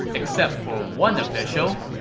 except for one official.